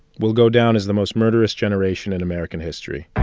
will go down as the most murderous generation in american history